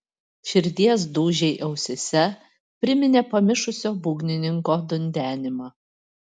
širdies dūžiai ausyse priminė pamišusio būgnininko dundenimą